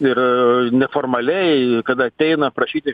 ir neformaliai kada ateina prašyti